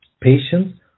patients